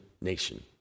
nation